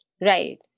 Right